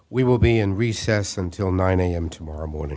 we will be in recess until nine am tomorrow morning